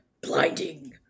Blinding